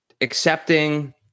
accepting